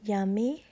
Yummy